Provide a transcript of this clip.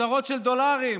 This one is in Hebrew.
שטרות של דולרים,